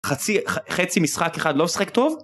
חצי משחק אחד לא שחק טוב.